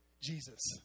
Jesus